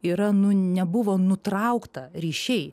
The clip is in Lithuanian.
yra nu nebuvo nutraukta ryšiai